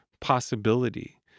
possibility